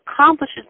accomplishes